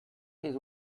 his